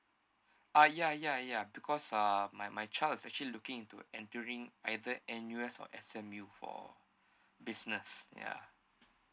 uh ya ya ya because uh my my child is actually looking into entering either N_U_S or S_M_U for business ya